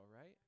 right